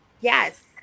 Yes